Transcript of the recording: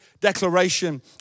declaration